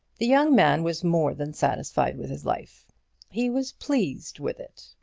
the young man was more than satisfied with his life he was pleased with it.